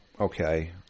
okay